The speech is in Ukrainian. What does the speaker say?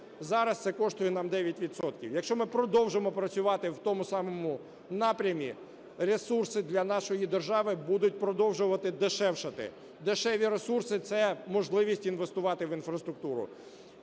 Зараз це коштує нам 9 відсотків. Якщо ми продовжимо працювати в тому самому напрямі, ресурси для нашої держави будуть продовжувати дешевшати. Дешеві ресурси – це можливість інвестувати в інфраструктуру.